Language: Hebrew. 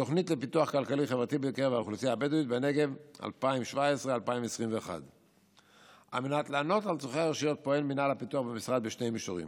תוכנית לפיתוח כלכלי חברתי בקרב האוכלוסייה הבדואית בנגב 2017 2021. על מנת לענות על צורכי הרשויות פועל מנהל הפיתוח במשרד בשני מישורים: